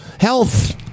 health